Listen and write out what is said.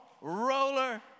Roller